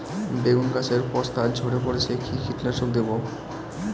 বেগুন গাছের পস্তা ঝরে পড়ছে কি কীটনাশক দেব?